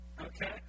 Okay